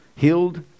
healed